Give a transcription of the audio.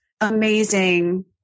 amazing